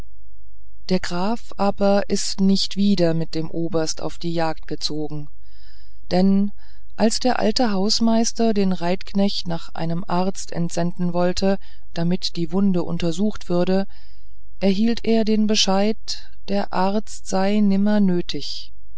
der graf aber ist nicht wieder mit dem oberst auf die jagd gezogen denn als der alte hausmeister den reitknecht nach einem arzt entsenden wollte damit die wunde untersucht würde erhielt er den bescheid der arzt sei nimmer nötig